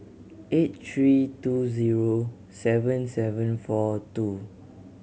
eight three two zero seven seven four two